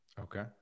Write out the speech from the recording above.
Okay